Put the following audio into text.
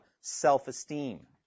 self-esteem